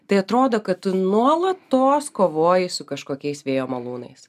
tai atrodo kad tu nuolatos kovoji su kažkokiais vėjo malūnais